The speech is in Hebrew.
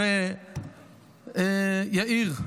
אז יאיר,